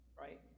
Right